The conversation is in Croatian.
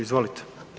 Izvolite.